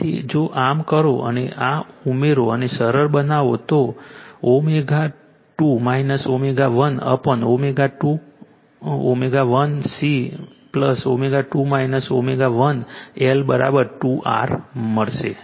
તેથી જો આમ કરો અને ઉમેરો અને સરળ બનાવો તો ω2 ω1ω1 ω2 C ω2 ω1 L 2 R મળશે